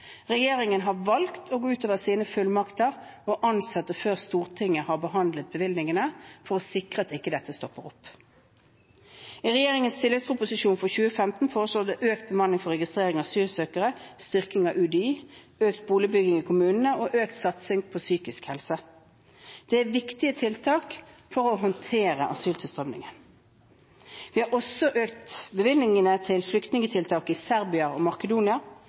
Regjeringen har valgt å gå utover sine fullmakter og ansette før Stortinget har behandlet bevilgningene, for å sikre at dette ikke stopper opp. I regjeringens tilleggsproposisjon for 2015 foreslås det økt bemanning for registrering av asylsøkere, styrking av UDI, økt boligbygging i kommunene og økt satsing på psykisk helse. Det er viktige tiltak for å håndtere asyltilstrømningen. Vi har også økt bevilgningene til flyktningtiltak i Serbia og Makedonia